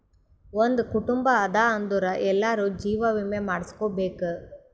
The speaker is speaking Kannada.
ಒಂದ್ ಕುಟುಂಬ ಅದಾ ಅಂದುರ್ ಎಲ್ಲಾರೂ ಜೀವ ವಿಮೆ ಮಾಡುಸ್ಕೊಬೇಕ್